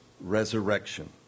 resurrection